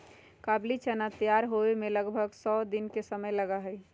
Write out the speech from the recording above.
काबुली चना तैयार होवे में लगभग सौ दिन के समय लगा हई